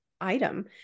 item